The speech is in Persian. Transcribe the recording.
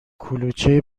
کلوچه